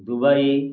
Dubai